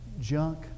junk